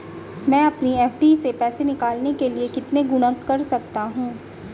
मैं अपनी एफ.डी से पैसे निकालने के लिए कितने गुणक कर सकता हूँ?